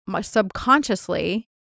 subconsciously